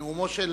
נאומו של